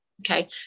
Okay